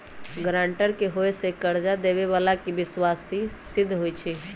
guarantor के होय से कर्जा लेबेय बला के विश्वासी सिद्ध होई छै